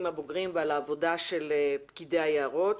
הבוגרים ועל העבודה של פקידי היערות.